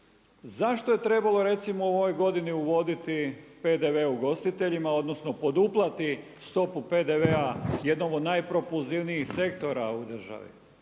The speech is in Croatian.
zašto je trebalo recimo u ovoj godini uvoditi PDV ugostiteljima odnosno poduplati stopu PDV-a jednom od najpropulzivnijih sektora u državi,